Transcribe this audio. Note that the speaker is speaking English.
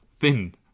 Thin